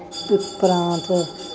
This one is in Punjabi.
ਪ ਪ੍ਰਾਂਤ